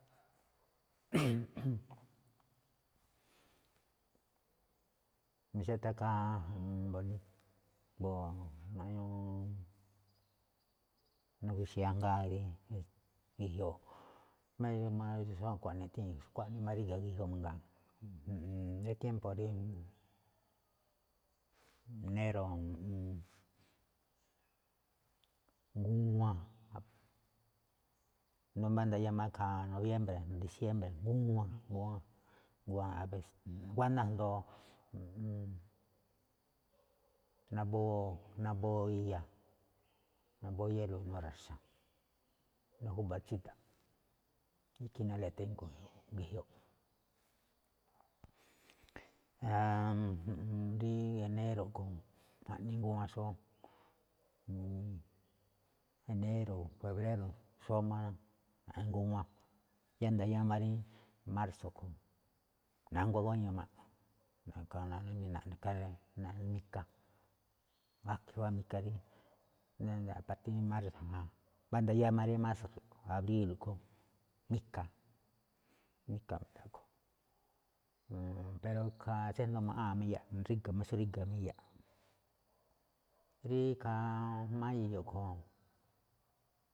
xó iꞌthán ikhaa mbo̱, mbo̱ naꞌñuu, mbo̱ na̱gu̱xi̱i̱ ajngáa rí ge̱jioꞌ, méro̱ xómáꞌ iꞌthée̱n xkuaꞌnii máꞌ ge̱jioꞌ mangaa, rí tiémpo̱ rí enéro̱, ju̱ꞌu̱u̱n ngúwán, ído̱ máꞌ ndayá ikhaa nobiémbre̱, disiémbre gúwán gúwán gúwán, nguáná asndo nabóo, nabóo iya, nabóo iélo̱ꞌ ná inuu ra̱xa̱, ná júba̱ tsída̱ꞌ, ikhín ná ilianténko̱ ge̱jioꞌ. rí enéro̱ a̱ꞌkhue̱n ju̱ꞌuun jaꞌnii nguáwán xóó, enéro̱, febréro̱, xóó máꞌ ngúwán. Yá ndañáálo̱ꞌ rí márso̱ a̱ꞌkhue̱n na̱nguá guéño máꞌ ikha, naꞌne mika, gakhe̱ wáa mika rí partír rí márso̱ jma̱á, mbá ndayáa rí márso̱ abríl a̱ꞌkhue̱n mika, a̱ꞌkhue̱n mika me̱ndakho, pero ikhaa tsejndo maꞌáa̱n máꞌ iya, ríga̱ xómá ríga̱ iya̱, rí ikhaa mayo a̱ꞌkhue̱n.